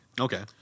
okay